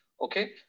Okay